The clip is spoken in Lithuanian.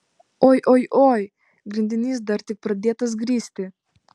oi oi oi grindinys dar tik pradėtas grįsti